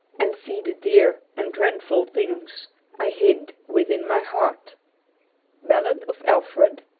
and see the dear and dreadful things i hid within my heart ballad of alfred